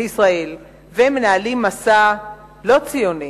והם מנהלים מסע לא ציוני